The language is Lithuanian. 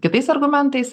kitais argumentais